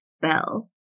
Bell